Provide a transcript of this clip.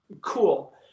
cool